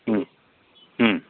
ಹ್ಞೂ ಹ್ಞೂ